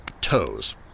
toes